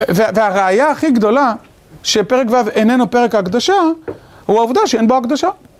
והראייה הכי גדולה, שפרק ו' איננו פרק הקדושה, הוא העובדה שאין בו קדושה.